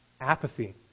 apathy